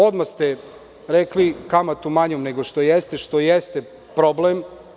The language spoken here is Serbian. Odmah ste rekli kamatu manju nego što jeste, što jeste problem.